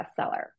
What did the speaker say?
bestseller